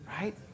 right